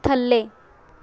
ਥੱਲੇ